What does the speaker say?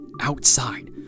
Outside